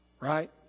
right